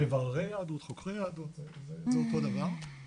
מבררי יהדות, חוקרי יהדות, זה אותו דבר.